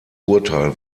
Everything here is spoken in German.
urteil